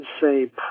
say